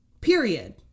Period